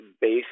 base